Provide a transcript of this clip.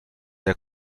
der